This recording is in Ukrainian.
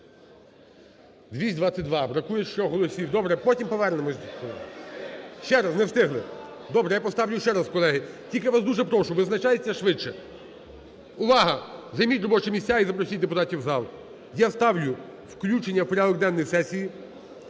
222. Бракує ще голосів. Добре. Потім повернемось. Ще раз. Не встигли. Добре, я поставлю ще раз, колеги. Тільки я вас дуже прошу, визначайтеся швидше. Увага! Займіть робочі місця і запросіть депутатів в зал. Я ставлю включення в порядок денний сесії